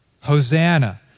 Hosanna